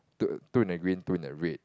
two two in the green two in the red